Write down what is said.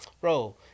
Bro